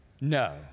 no